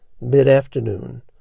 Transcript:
mid-afternoon